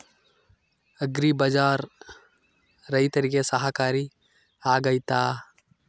Agri ಬಜಾರ್ ರೈತರಿಗೆ ಸಹಕಾರಿ ಆಗ್ತೈತಾ?